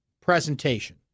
presentation